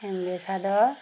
ambassador